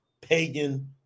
pagan